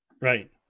Right